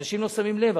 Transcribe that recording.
אנשים לא שמים לב.